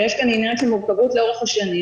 ויש כאן עניין של מורכבות לאורך השנים.